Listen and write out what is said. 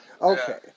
Okay